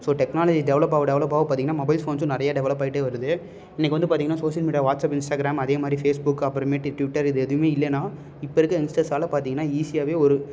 so technology develop ஆக develop ஆக பார்த்தீங்கன்னா மொபைல் ஃபோன்ஸ்ஸும் நிறைய டெவலப் ஆகிட்டே வருது இன்றைக்கி வந்து பார்த்தீங்கன்னா சோசியல் மீடியா வாட்ஸ்அப் இன்ஸ்டாக்ராம் அதேமாதிரி ஃபேஸ்புக் அப்புறம்மேட்டு ட்விட்டர் இது எதுவுமே இல்லைன்னா இப்போ இருக்கற யங்ஸ்டர்ஸால் பார்த்தீங்கன்னா ஈஸியாகவே ஒரு